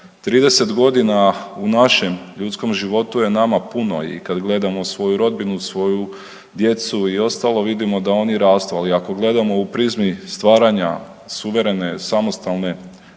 30 godina u našem ljudskom životu je nama puno i kada gledamo svoju rodbinu, svoju djecu i ostalo vidimo da oni rastu, ali ako gledamo u prizmi stvaranja suverene, samostalne